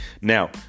Now